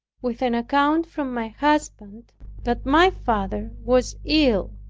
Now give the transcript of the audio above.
with an account from my husband that my father was ill.